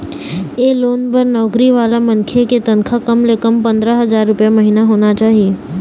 ए loan बर नउकरी वाला मनखे के तनखा कम ले कम पंदरा हजार रूपिया महिना होना चाही